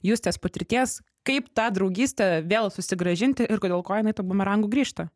justės patirties kaip tą draugystę vėl susigrąžinti ir dėl ko jinai tuo bumerangu grįžta